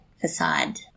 facade